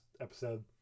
episode